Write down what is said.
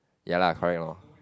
ya lah correct loh